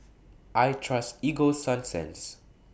I Trust Ego Sunsense